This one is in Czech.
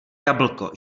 jablko